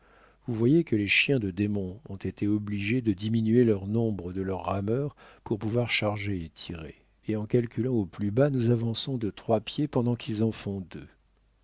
vous voyez que les chiens de démons ont été obligés de diminuer le nombre de leurs rameurs pour pouvoir charger et tirer et en calculant au plus bas nous avançons de trois pieds pendant qu'ils en font deux